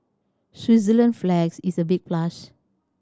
Switzerland flags is a big plus